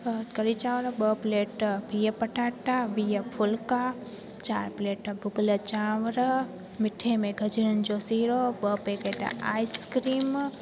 कढ़ी चांवर ॿ प्लेट बिह पटाटा वीह फुलका चार प्लेट भुॻल चांवर मिठे में गजरनि जो सीरो ॿ पैकेट आइस्क्रीम